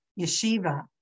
yeshiva